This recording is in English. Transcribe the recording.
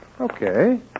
Okay